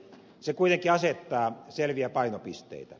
se kuitenkin asettaa selviä painopisteitä